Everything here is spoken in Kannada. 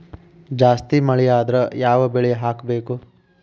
ಜಾಸ್ತಿ ಮಳಿ ಆದ್ರ ಯಾವ ಬೆಳಿ ಹಾಕಬೇಕು?